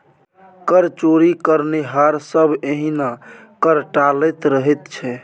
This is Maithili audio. कर चोरी करनिहार सभ एहिना कर टालैत रहैत छै